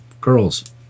girls